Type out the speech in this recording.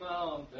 mountain